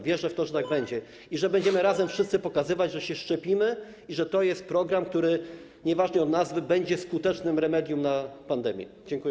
Wierzę w to, że tak będzie i że będziemy wszyscy razem pokazywać, że się szczepimy i że to jest program, który - niezależnie od nazwy - będzie skutecznym remedium na pandemię.